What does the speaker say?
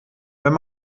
wenn